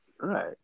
right